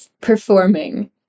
performing